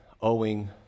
owing